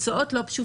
תוצאות לא פשוטות.